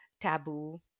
Taboo